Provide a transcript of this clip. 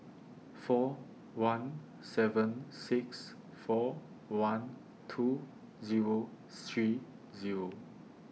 four one seven six four one two Zero three Zero